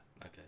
okay